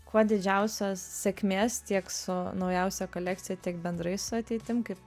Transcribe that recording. kuo didžiausios sėkmės tiek su naujausia kolekcija tik bendrai su ateitim kaip